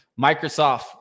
Microsoft